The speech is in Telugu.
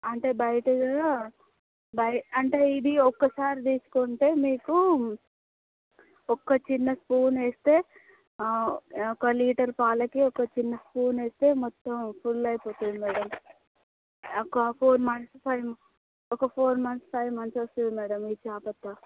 అంటే బయట కూడా బయ్ అంటే ఇది ఒక్కసారి తీసుకుంటే మీకు ఒక్క చిన్న స్పూన్ వేస్తే ఆ ఒక లీటర్ పాలకి ఒక చిన్న స్పూన్ వేస్తే మొత్తం ఫుల్ అయిపోతుంది మేడం ఒక ఫోర్ మంత్స్ ఫైవ్ ఒక ఫోర్ మంత్స్ ఫైవ్ మంత్స్ వస్తుంది మేడం ఈ చాయి పత్తీ